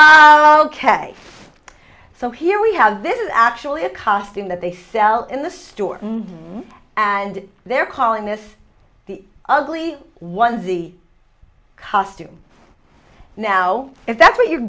ok so here we have this is actually a costume that they sell in the store and they're calling this the ugly ones the costume now if that's what you're